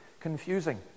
confusing